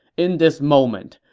in this moment,